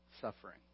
suffering